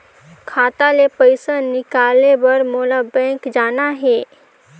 खाता ले पइसा निकाले बर मोला बैंक जाना हे?